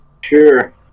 Sure